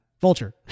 Vulture